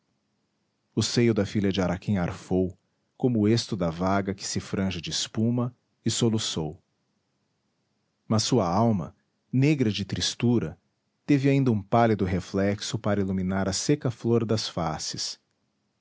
o seio da filha de araquém arfou como o esto da vaga que se franja de espuma e soluçou mas sua alma negra de tristura teve ainda um pálido reflexo para iluminar a seca flor das faces